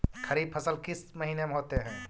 खरिफ फसल किस महीने में होते हैं?